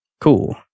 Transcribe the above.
Cool